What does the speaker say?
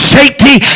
safety